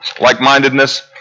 like-mindedness